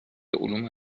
علوم